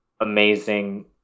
amazing